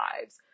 lives